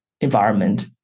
environment